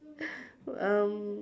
um